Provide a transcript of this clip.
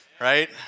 right